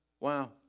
wow